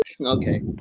Okay